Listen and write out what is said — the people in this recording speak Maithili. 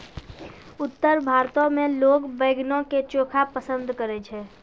उत्तर भारतो मे लोक बैंगनो के चोखा पसंद करै छै